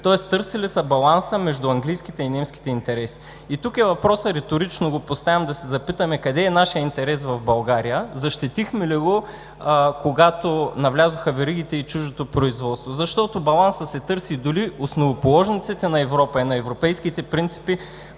са търсили баланса между английските и немските интереси. И тук е въпросът – риторично го поставям, да се запитаме: къде е нашият интерес в България? Защитихме ли го, когато навлязоха веригите и чуждото производство, защото балансът се търси и дори основоположниците на Европа и на европейските принципи